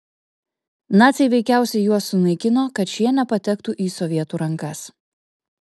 naciai veikiausiai juos sunaikino kad šie nepatektų į sovietų rankas